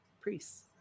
priests